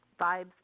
vibes